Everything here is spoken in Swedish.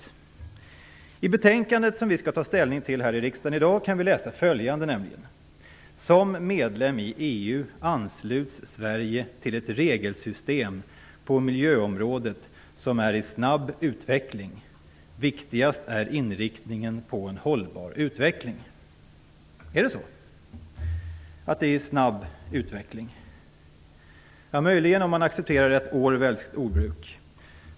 I det betänkande som vi skall ta ställning till i riksdagen i dag kan vi läsa bl.a. "Som medlem i EU ansluts Sverige till ett regelsystem på miljöområdet som är i snabb utveckling. - Viktigast är inriktningen mot en hållbar utveckling." Är det så att det är i snabb utveckling? Möjligen om man accepterar ett Orwellskt ordbruk.